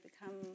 become